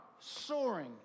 soaring